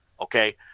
Okay